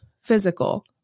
physical